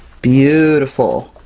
beautiful!